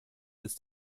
ist